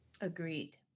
Agreed